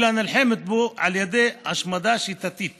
אלא נלחמת בו על ידי השמדה שיטתית